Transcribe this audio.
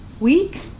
week